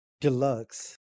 Deluxe